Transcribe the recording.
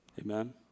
Amen